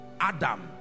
Adam